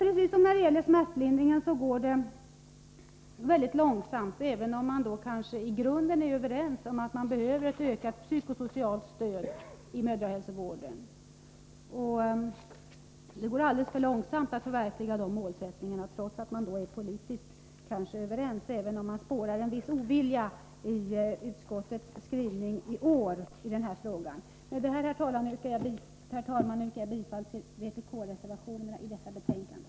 Precis som när det gäller smärtlindringen går det mycket långsamt här, även om man kanske i grunden är överens om att det behövs ett ökat psykosocialt stöd inom mödrahälsovården. Det går alldeles för långsamt att förverkliga målsättningarna, trots att man kanske är överens politiskt — även om man i år spårar en viss ovilja i utskottets skrivning. Med detta, herr talman, yrkar jag bifall till vpk-reservationerna i detta betänkande.